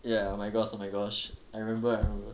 ya oh my gosh oh my gosh I remember I remember